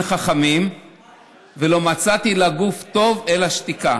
החכמים ולא מצאתי לגוף טוב אלא שתיקה.